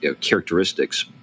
characteristics